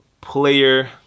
player